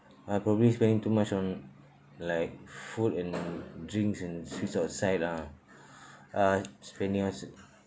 I probably spending too much on like food and drinks and sweets outside ah uh spending on c~